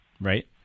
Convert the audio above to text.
right